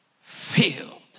filled